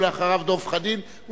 ואחריו דב חנין,